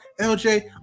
LJ